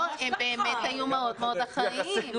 הם באמת היו מאוד מאוד אחראיים.